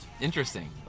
Interesting